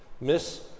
miss